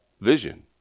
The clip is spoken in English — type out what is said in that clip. vision